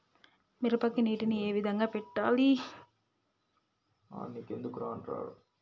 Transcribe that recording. మిరపకి నీటిని ఏ విధంగా పెట్టాలి?